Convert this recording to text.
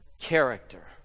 character